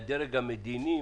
מהדרג המדיני,